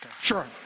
sure